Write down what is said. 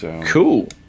Cool